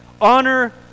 Honor